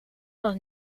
was